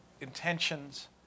intentions